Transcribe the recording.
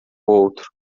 outro